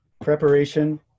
preparation